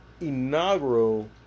inaugural